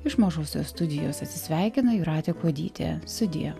iš mažosios studijos atsisveikina jūratė kuodytė sudie